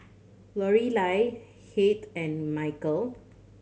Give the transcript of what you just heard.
Lorelei Heath and Michal